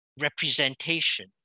representation